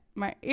maar